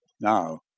now